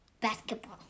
basketball